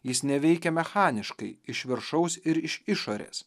jis neveikia mechaniškai iš viršaus ir iš išorės